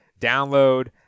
download